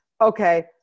okay